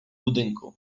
budynku